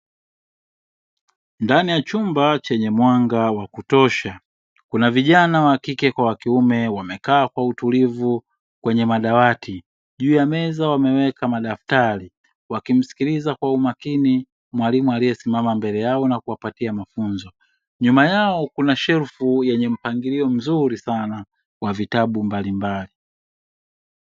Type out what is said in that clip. Ndani ya chumba chenye mwanga wa kutosha. Kuna vijana wakike kwa wakiume wamekaa kwa utulivu kwenye madawati. Juu ya meza wameweka madaftari wakimsikiiza kwa umakini mwalimu aliesimama mbele yao na kuwapatia mafunzo. Nyuma yao kuna shelfu yenye mpangilio mzuri sana ywa vitabu mbalimbali.